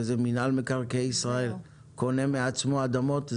אבל זה רשות מקרקעי ישראל קונה מעצמה אדמות.